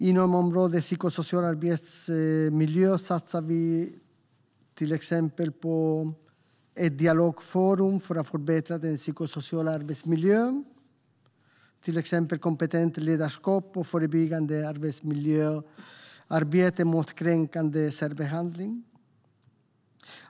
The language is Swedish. Inom området psykosocial arbetsmiljö satsar vi till exempel på ett dialogforum för att förbättra den psykosociala arbetsmiljön, kompetent ledarskap och förebyggande arbetsmiljöarbete mot kränkande särbehandling.